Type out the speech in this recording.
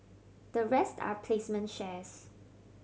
the rest are placement shares